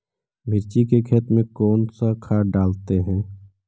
मिर्ची के खेत में कौन सा खाद डालते हैं?